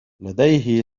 لديه